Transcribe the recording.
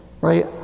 right